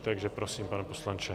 Takže prosím, pane poslanče.